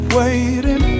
waiting